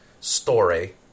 story